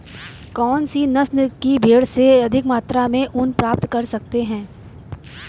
कौनसी नस्ल की भेड़ से अधिक मात्रा में ऊन प्राप्त कर सकते हैं?